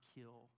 kill